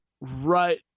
right